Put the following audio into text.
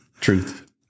truth